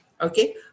Okay